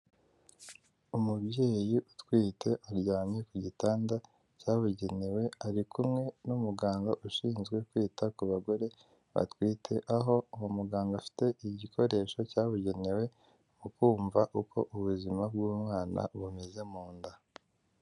Umubyeyi utwite aryamye ku gitanda cyabugenewe ari kumwe n'umuganga ushinzwe kwita ku bagore batwite, aho uwo muganga afite igikoresho cyabugenewe mu kumva uko ubuzima bw'umwana bumeze mu nda.